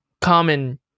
common